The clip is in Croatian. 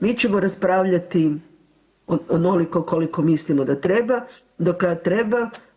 Mi ćemo raspravljati onoliko koliko mislimo da treba, do kad treba.